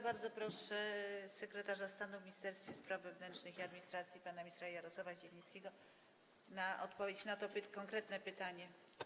Bardzo proszę sekretarza stanu w Ministerstwie Spraw Wewnętrznych i Administracji pana ministra Jarosława Zielińskiego o odpowiedź na to konkretne pytanie.